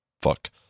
Fuck